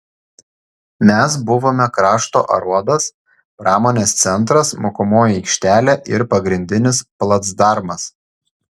mes buvome krašto aruodas pramonės centras mokomoji aikštelė ir pagrindinis placdarmas